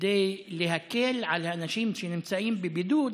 כדי להקל על האנשים שנמצאים בבידוד,